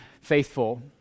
faithful